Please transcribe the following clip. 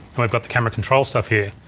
and we've got the camera control stuff here,